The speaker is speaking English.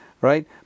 right